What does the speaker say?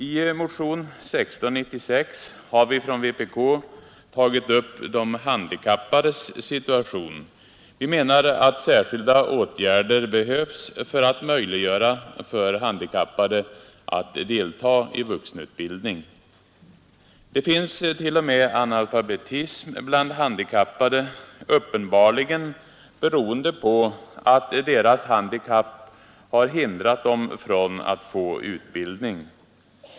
I motionen 1696 har vi från vpk tagit upp de handikappades situation. Vi menar att särskilda åtgärder behövs för att möjliggöra för handikappade att delta i vuxenutbildning. Det finns t.o.m. analfabetism bland handikappade, uppenbarligen beroende på att deras handikapp har hindrat dem från att få utbildning.